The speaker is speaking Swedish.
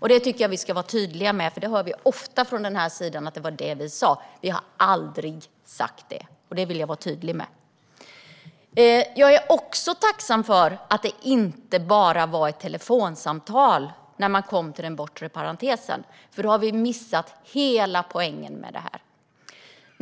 Det tycker jag att vi ska vara tydliga med, för vi får ofta höra från den andra sidan att vi har sagt det som du sa. Det har vi aldrig gjort, och det vill jag vara tydlig med. Jag är tacksam för att det inte bara var ett telefonsamtal när man kom till den bortre parentesen, för då har vi missat hela poängen.